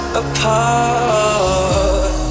apart